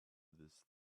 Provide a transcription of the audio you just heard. this